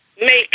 make